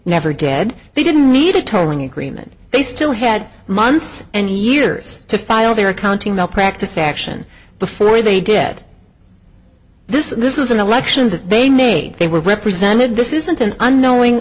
never dead they didn't need a tolling agreement they still had months and years to file their accounting malpractise action before they did this and this is an election that they made they were represented this isn't an unknowing